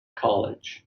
college